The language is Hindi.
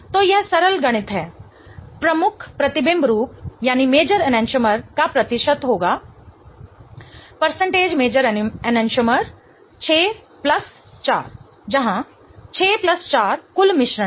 तो यह सरल गणित है प्रमुख प्रतिबिंब रूप का प्रतिशत होगा major enantiomer 6 X 100 60 6 4 जहां 6 4 कुल मिश्रण है